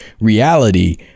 reality